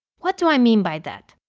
what do i mean by that?